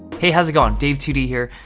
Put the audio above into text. hey, how's it going dave two d here?